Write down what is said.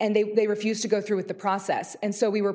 and they refused to go through with the process and so we were